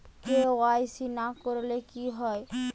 KYC না করলে কি হয়?